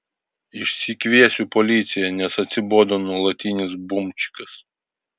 išsikviesiu policiją nes atsibodo nuolatinis bumčikas